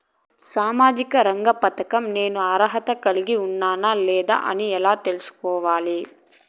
సామాజిక రంగ పథకం నేను అర్హత కలిగి ఉన్నానా లేదా అని ఎలా తెల్సుకోవాలి?